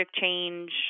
change